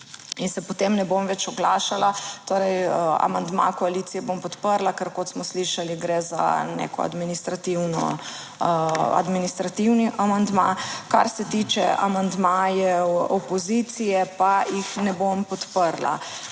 in se potem ne bom več oglašala. Torej amandma koalicije bom podprla, ker, kot smo slišali, gre za neko administrativno, administrativni amandma. Kar se tiče amandmajev opozicije pa jih ne bom podprla.